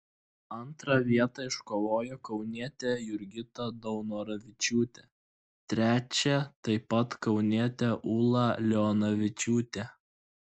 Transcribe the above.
antrą vietą iškovojo kaunietė jurgita daunoravičiūtė trečią taip pat kaunietė ūla leonavičiūtė